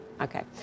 Okay